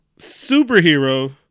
superhero